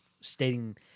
stating